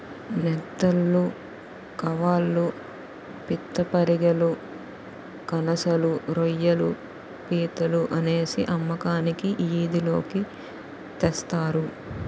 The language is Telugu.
నెత్తళ్లు కవాళ్ళు పిత్తపరిగెలు కనసలు రోయ్యిలు పీతలు అనేసి అమ్మకానికి ఈది లోకి తెస్తారు